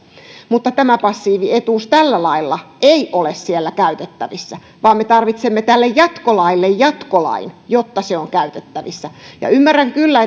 mutta passiivietuus ei ole siellä tällä lailla käytettävissä vaan me tarvitsemme tälle jatkolaille jatkolain jotta se on käytettävissä ja ymmärrän kyllä